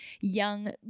young